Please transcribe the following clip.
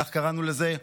כך קראנו לזה,